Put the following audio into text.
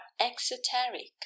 exoteric